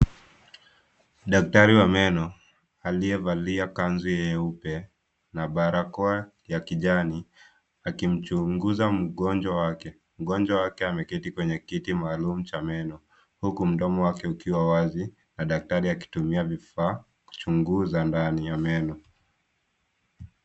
Daktari wa meno aliyevalia kanzu nyeupe na barakoa ya kijani akimchunguza mgonjwa wake, mgonjwa wake ameketi kwenye kiti maalum cha meno huku mdomo wake ukiwa wazi na adktari akitumia vifaa kuchunguza ndani ya meno.